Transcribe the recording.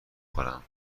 خورم